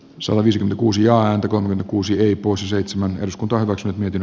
salo viisi kuusi ja antakoon kuusi hippos seitsemän eduskunta hyväksyy myytin